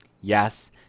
Yes